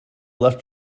left